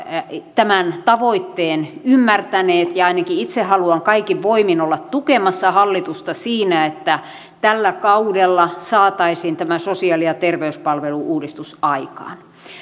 tämän tavoitteen ymmärtäneet ja ainakin itse haluan kaikin voimin olla tukemassa hallitusta siinä että tällä kaudella saataisiin tämä sosiaali ja terveyspalvelu uudistus aikaan